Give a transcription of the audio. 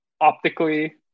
optically